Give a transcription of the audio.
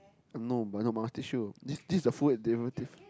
no but no I must teach you this this is a full derivative